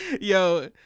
Yo